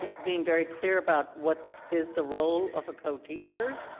yeah being very clear about what is the role of a co-teacher,